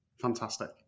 Fantastic